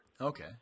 Okay